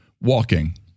walking